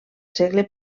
segle